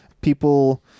people